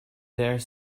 dare